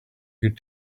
could